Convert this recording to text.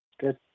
good